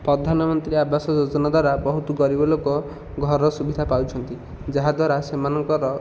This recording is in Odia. ପଧାନମନ୍ତ୍ରୀ ଆବାସ ଯୋଜନା ଦ୍ୱାରା ବହୁତ ଗରିବ ଲୋକ ଘରର ସୁବିଧା ପାଉଛନ୍ତି ଯାହାଦ୍ୱାରା ସେମାନଙ୍କର